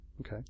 Okay